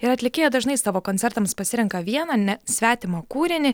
ir atlikėja dažnai savo koncertams pasirenka vieną ne svetimą kūrinį